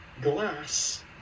Glass